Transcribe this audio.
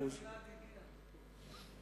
זמנך נספר.